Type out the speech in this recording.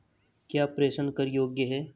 क्या प्रेषण कर योग्य हैं?